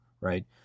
right